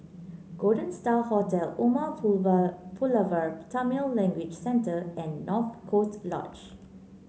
Golden Star Hotel Umar Pulaver Pulavar Tamil Language Centre and North Coast Lodge